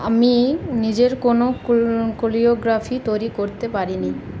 আমি নিজের কোনো কোরিওগ্রাফি তৈরি করতে পারিনি